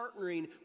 partnering